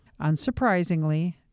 Unsurprisingly